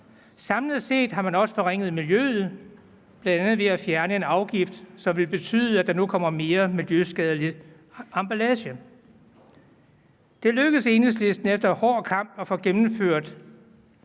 Samlet set har man også skabt forringelser på miljøområdet, bl.a. ved at fjerne en afgift, hvilket vil betyde, at der nu kommer mere miljøskadelig emballage. Det lykkedes Enhedslisten efter hård kamp at få gennemført